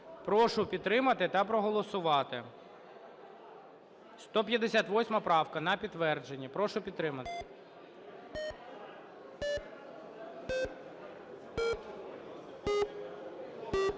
Прошу підтримати та проголосувати, 158 правка – на підтвердження, прошу підтримати.